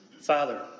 Father